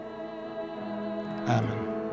Amen